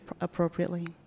appropriately